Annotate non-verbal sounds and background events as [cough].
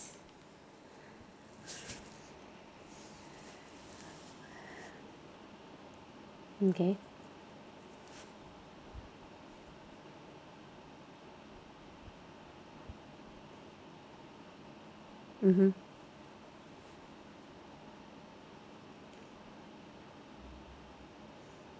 [breath] okay mmhmm